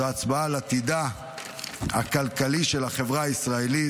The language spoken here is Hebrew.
זו הצבעה על עתידה הכלכלי של החברה הישראלית.